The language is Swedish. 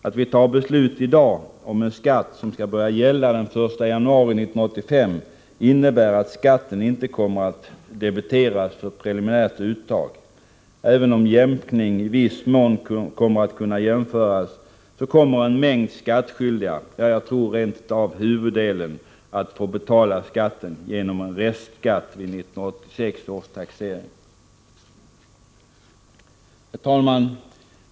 Att vi fattar beslut i dag om en skatt som skall börja gälla den 1 januari 1985 innebär att skatten inte kommer att debiteras för preliminärt uttag. Även om jämkning i viss mån kommer att kunna genomföras, kommer en mängd skattskyldiga — jag tror rent av huvuddelen — att få betala skatten genom en restskatt vid 1986 års taxering. Herr talman!